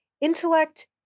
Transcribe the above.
intellect